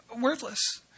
worthless